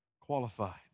qualified